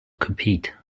compete